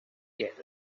get